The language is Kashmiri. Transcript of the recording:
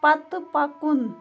پتہٕ پکُن